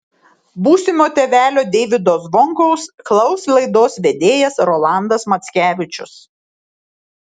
būsimo tėvelio deivydo zvonkaus klaus laidos vedėjas rolandas mackevičius